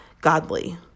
godly